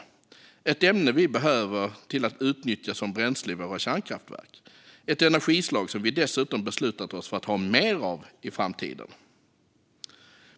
Det är ett ämne som vi behöver för att utnyttja som bränsle i våra kärnkraftverk, ett energislag som vi dessutom beslutat oss för att ha mer av i framtiden.